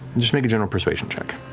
just make general persuasion check.